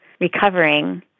recovering